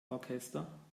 orchester